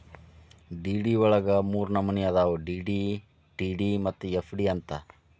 DD ವಳಗ ಮೂರ್ನಮ್ನಿ ಅದಾವು ಡಿ.ಡಿ, ಟಿ.ಡಿ ಮತ್ತ ಎಫ್.ಡಿ ಅಂತ್